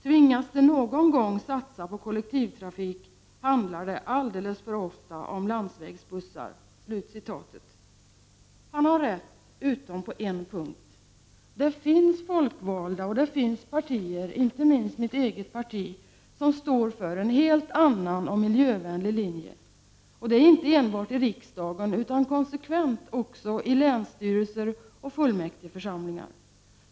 Tvingas de någon gång satsa på kollektivtrafik handlar det alldeles för ofta om landsvägsbussar.” Han har rätt utom på en punkt: Det finns folkvalda och det finns partier, inte minst mitt eget, som står för en helt annan och miljövänlig linje. Och det är inte enbart i riksdagen utan konsekvent också i länsstyrelser och fullmäktigeförsamlingar.